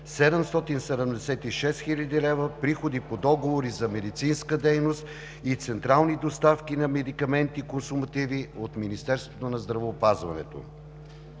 776 хил. лв. приходи по договори за медицинска дейност и централни доставки на медикаменти и консумативи от Министерството на здравеопазването.